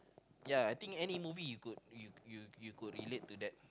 ya I think any movie you could you you could relate to that